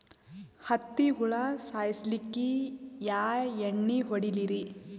ಹತ್ತಿ ಹುಳ ಸಾಯ್ಸಲ್ಲಿಕ್ಕಿ ಯಾ ಎಣ್ಣಿ ಹೊಡಿಲಿರಿ?